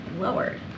lowered